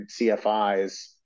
CFIs